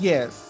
Yes